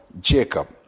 Jacob